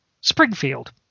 Springfield